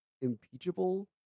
impeachable